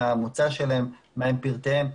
מה המוצא שלהם ומה פרטיהם.